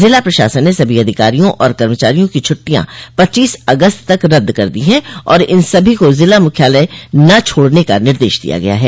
ज़िला प्रशासन ने सभी अधिकारियों और कर्मचारियों की छुटि्टयां पच्चीस अगस्त तक रदद कर दी हैं और इन सभी को जिला मुख्यालय न छोड़ने का निर्देश दिया गया है